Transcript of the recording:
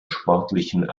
sportlichen